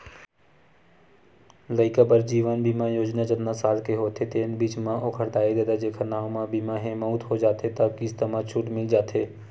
लइका बर जीवन बीमा योजना जतका साल के होथे तेन बीच म ओखर दाई ददा जेखर नांव म बीमा हे, मउत हो जाथे त किस्त म छूट मिल जाथे